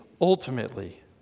ultimately